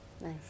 Nice